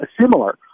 similar